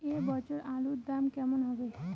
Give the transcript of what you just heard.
এ বছর আলুর দাম কেমন হবে?